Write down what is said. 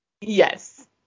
Yes